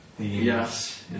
Yes